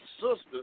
sister